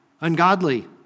ungodly